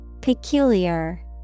peculiar